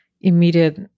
immediate